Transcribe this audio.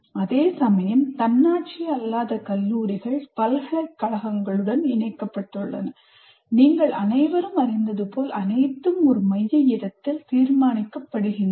அதேசமயம் தன்னாட்சி அல்லாத கல்லூரிகள் பல்கலைக்கழகங்களுடன் இணைக்கப்பட்டுள்ளன நீங்கள் அனைவரும் அறிந்தது போல் அனைத்தும் ஒரு மைய இடத்தில் தீர்மானிக்கப்படுகின்றன